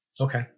Okay